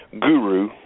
guru